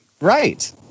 Right